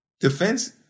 defense